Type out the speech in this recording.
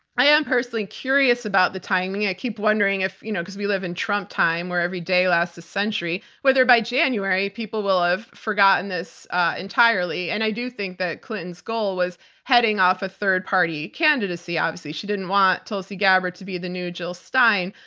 i am personally curious about the timing. i keep wondering if you know because we live in trump time where every day lasts a century, whether by january people will have forgotten this entirely. and i do think that clinton's goal was heading off a third-party candidacy. obviously, she didn't want tulsi gabbard to be the new jill stein.